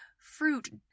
fruit